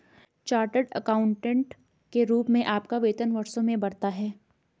chartered accountant के रूप में आपका वेतन वर्षों में बढ़ता है